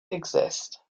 exist